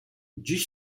dziś